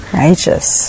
righteous